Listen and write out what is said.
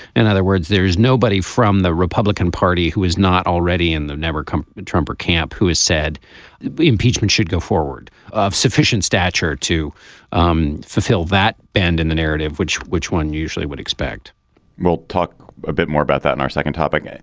in other words there is nobody from the republican party who is not already in the never trump camp who has said impeachment should go forward of sufficient stature to um fulfill that bend in the narrative which which one usually would expect well talk a bit more about that in our second topic.